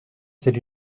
celle